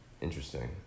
Interesting